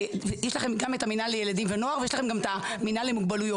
יש לכם גם את המינהל לילדים ונוער ויש לכם גם את המינהל למוגבלויות,